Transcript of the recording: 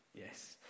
yes